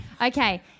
Okay